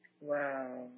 Wow